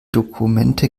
dokumente